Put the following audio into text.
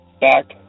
back